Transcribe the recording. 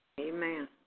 Amen